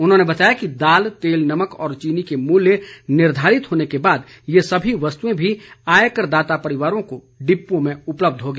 उन्होंने बताया कि दाल तेल नमक और चीनी के मूल्य निर्धारित होने के बाद ये सभी वस्तुएं भी आयकरदाता परिवारों को डिपुओं में उपलब्ध होगी